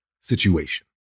situation